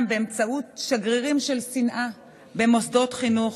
באמצעות שגרירים של שנאה במוסדות חינוך,